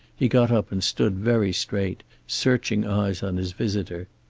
he got up and stood very straight, searching eyes on his visitor.